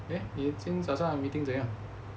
eh 你今天早上的 meeting 怎样